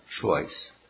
choice